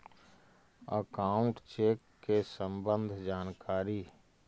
Account check के सम्बन्ध जानकारी?